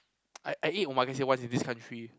I I eat Omakase once in this country